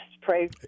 pray